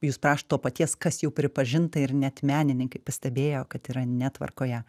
jūs prašot to paties kas jau pripažinta ir net menininkai pastebėjo kad yra netvarkoje